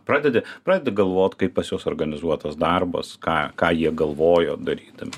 pradedi pradedi galvot kaip pas juos organizuotas darbas ką ką jie galvojo darydami